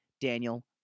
Daniel